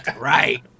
Right